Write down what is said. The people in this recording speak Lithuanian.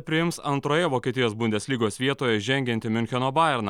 priims antroje vokietijos bundeslygos vietoje žengiantį miuncheno bajerną